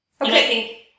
Okay